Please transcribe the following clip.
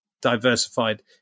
diversified